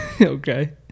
Okay